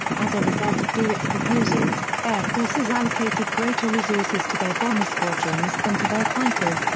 as a result of douhet's proposals, air forces allocated greater resources to their bomber squadrons than to their fighters,